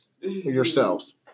Yourselves